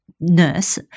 Nurse